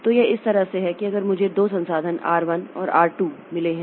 तो यह इस तरह से है कि अगर मुझे 2 संसाधन आर 1 और आर 2 मिले हैं